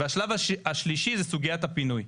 והשלב השלישי זה סוגיית הפינוי.